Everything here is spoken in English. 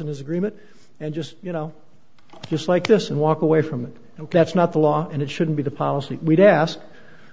in his agreement and just you know just like this and walk away from it that's not the law and it shouldn't be the policy we don't ask